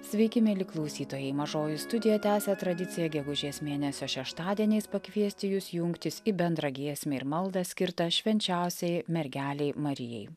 sveiki mieli klausytojai mažoji studija tęsia tradiciją gegužės mėnesio šeštadieniais pakviesti jus jungtis į bendrą giesmę ir maldą skirtą švenčiausiajai mergelei marijai